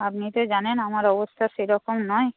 আপনি তো জানেন আমার অবস্থা সেরকম নয়